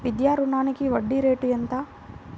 విద్యా రుణానికి వడ్డీ రేటు ఎంత?